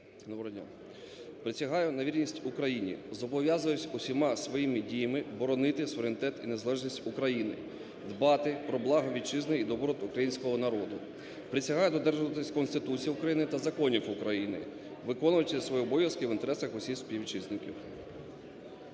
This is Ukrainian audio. Доброго дня. Присягаю на вірність Україні. Зобов'язуюсь усіма своїми діями боронити суверенітет і незалежність України, дбати про благо Вітчизни і добробут Українського народу. Присягаю додержуватись Конституції України та законів України, виконувати свої обов'язки в інтересах усіх співвітчизників.